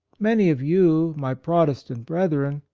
many of you, my protestant brethren,